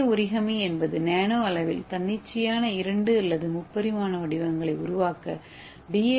ஏ origami என்பது nano அளவில் தன்னிச்சையான இரண்டு அல்லது முப்பரிமாண வடிவங்களை உருவாக்க டி